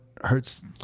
hurts